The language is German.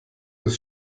des